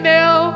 now